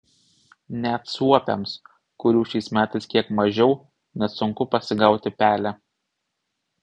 net suopiams kurių šiais metais kiek mažiau nesunku pasigauti pelę